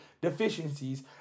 deficiencies